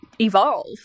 evolve